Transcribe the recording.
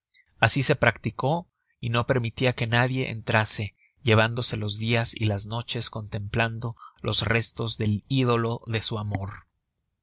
asi se practicó y no permitia que nadie entrase llevándose los dias y las noches contemplando los restos del ídolo de su amor